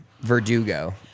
Verdugo